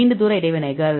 நீண்ட தூர இடைவினைகள்